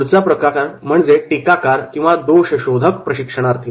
पुढचा प्रकार म्हणजे टीकाकार किंवा दोषशोधक प्रशिक्षणार्थी